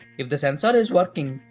if the sensor is working,